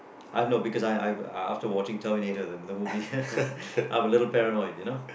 I know because I I I after watching terminator and the movie I'm a little paranoid you know